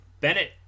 Bennett